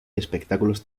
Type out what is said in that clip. espectáculos